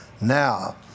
Now